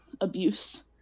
abuse